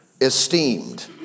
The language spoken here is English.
esteemed